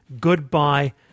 Goodbye